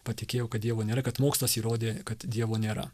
patikėjau kad dievo nėra kad mokslas įrodė kad dievo nėra